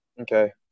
Okay